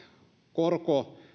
korko